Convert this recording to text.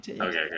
Okay